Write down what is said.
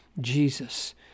Jesus